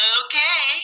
okay